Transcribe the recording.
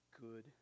good